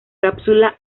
cápsula